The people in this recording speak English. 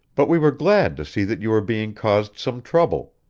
but we were glad to see that you were being caused some trouble,